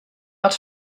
out